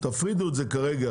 תפרידו את זה כרגע,